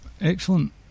Excellent